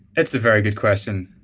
that's a very good question.